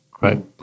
Right